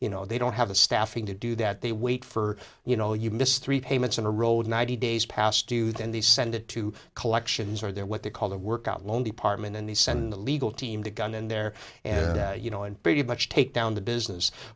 you know they don't have the staffing to do that they wait for you know you miss three payments in a row with ninety days past due then they send it to collections or their what they call the workout loan department and they send a legal team to gun in there and you know and pretty much take down the business